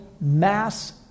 mass